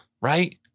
right